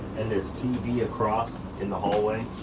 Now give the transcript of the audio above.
and this tv across in the hallway.